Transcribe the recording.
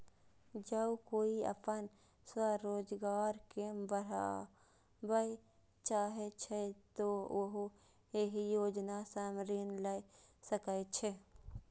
जौं कोइ अपन स्वरोजगार कें बढ़ाबय चाहै छै, तो उहो एहि योजना सं ऋण लए सकै छै